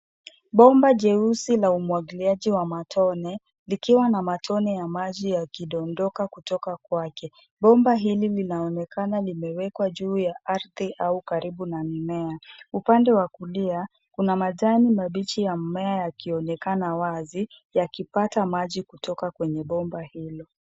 Bomba jeusi la umwagiliaji wa matone, likiwa na matone ya maji yakidondoka kutoka kwake. Bomba hili linaonekana limewekwa juu ya ardhi au karibu na mimea. Upande wa kulia, kuna majani mabichi ya mmea yakionekana wazi, yakipata maji kutoka kwenye bomba hili.